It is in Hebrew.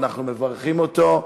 ואנחנו מברכים אותו.